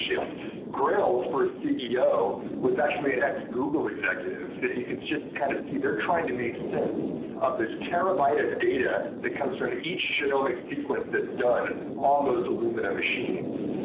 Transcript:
grail's grail's first ceo was actually an ex-google executive. you can kind of see, they're trying to make sense of this terabyte of data that comes through in each genomic sequence that's done on those illumina machines.